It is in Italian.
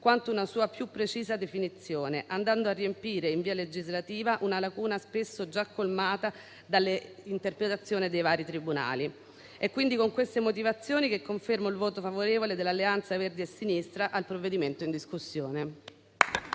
quanto una sua più precisa definizione, andando a riempire in via legislativa una lacuna spesso già colmata dalle interpretazioni dei vari tribunali. È quindi con queste motivazioni che confermo il voto favorevole dell'Alleanza Verdi e Sinistra al provvedimento in discussione.